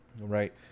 right